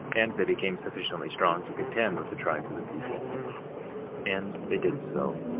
and they become sufficiently strong to contend with the tribes of the people and they did so.